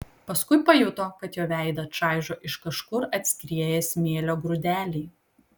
paskui pajuto kad jo veidą čaižo iš kažkur atskrieję smėlio grūdeliai